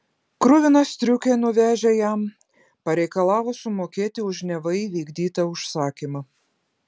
kruviną striukę nuvežę jam pareikalavo sumokėti už neva įvykdytą užsakymą